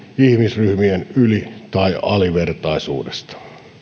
ihmisryhmien yli tai alivertaisuudesta